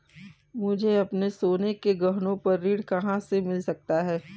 मुझे अपने सोने के गहनों पर ऋण कहाँ से मिल सकता है?